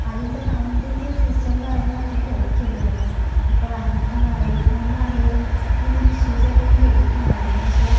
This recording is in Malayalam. അതിൻ്റെ സൗണ്ടിൻ്റെ സിസ്റ്റം എന്ന് പറയണത് അത്രയ്ക്ക് ഓക്കെ അല്ലായിരുന്നു ഇപ്പോൾ വൺ ഐ ഫോണിലാണെങ്കിലും ഇങ്ങനെ ഒരു ഇഷ്യൂസൊക്കെ ഞാൻ കേട്ടിട്ടുണ്ടായിരുന്നു പക്ഷെ